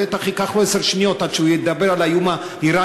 בטח ייקח לו עשר שניות עד שהוא ידבר על האיום האיראני.